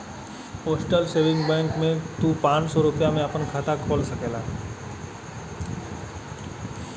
postal saving bank में तू पांच सौ रूपया में आपन खाता खोल सकला